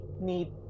need